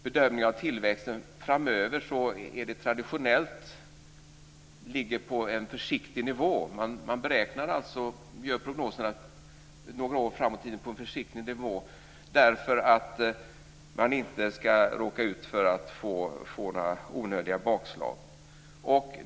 Bedömningar av tillväxten framöver ligger traditionellt på en försiktig nivå. Man gör alltså prognoserna några år fram i tiden på en försiktig nivå därför att man inte ska råka ut för att få några onödiga bakslag.